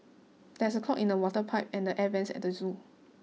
there is a clog in the toilet pipe and the air vents at the zoo